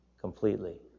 completely